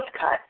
cut